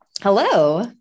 Hello